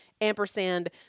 ampersand